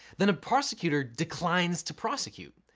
then a prosecutor declines to prosecute.